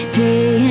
day